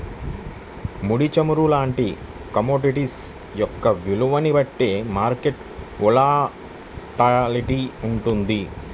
ముడి చమురు లాంటి కమోడిటీస్ యొక్క విలువని బట్టే మార్కెట్ వోలటాలిటీ వుంటది